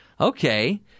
Okay